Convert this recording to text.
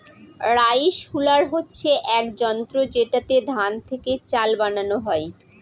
rice huller হচ্ছে এক যন্ত্র যেটাতে ধান থেকে চাল বানানো হয়